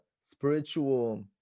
spiritual